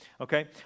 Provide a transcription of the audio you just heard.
Okay